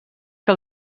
que